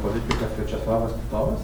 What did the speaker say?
politikas viačeslovas titovas